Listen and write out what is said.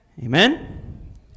amen